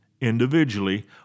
individually